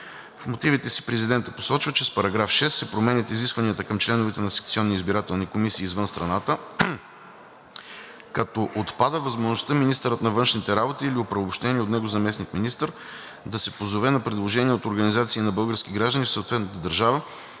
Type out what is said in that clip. В мотивите си президентът посочва, че с § 6 се променят изискванията към членовете на секционни избирателни комисии извън страната, като отпада възможността министърът на външните работи или оправомощеният от него заместник-министър да се позове на предложения от организации на български граждани в съответната държава